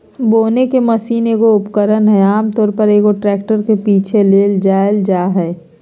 बोने की मशीन एगो उपकरण हइ आमतौर पर, एगो ट्रैक्टर के पीछे ले जाल जा हइ